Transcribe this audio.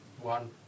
One